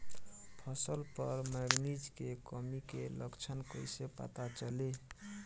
फसल पर मैगनीज के कमी के लक्षण कइसे पता चली?